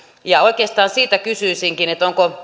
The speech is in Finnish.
ja oikeastaan siitä kysyisinkin